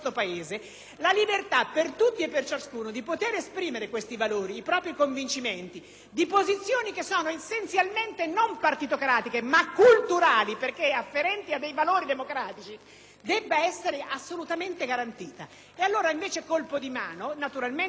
i propri convincimenti, posizioni non partitocratiche, ma culturali, perché afferenti a dei valori democratici, debba essere assolutamente garantita. Questo è un colpo di mano, naturalmente per fini molto poco nobili, che non sono né la governabilità (perché non c'è un Governo da sostenere in Europa),